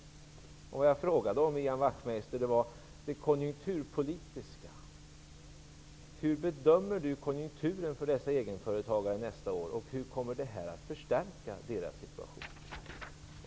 Hur bedömer Ian Wachtmeister konjunkturen för dessa egenföretagare nästa år? Hur kommer detta att påverka deras situation?